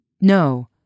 No